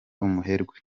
umuherwe